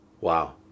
Wow